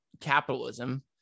capitalism